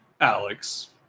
Alex